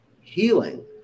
healing